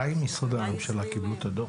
מתי משרדי הממשלה קיבלו את הדוח?